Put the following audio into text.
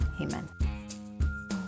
amen